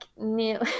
new